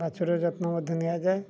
ବାଛୁରୀର ଯତ୍ନ ମଧ୍ୟ ନିଆଯାଏ